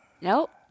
Nope